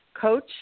coach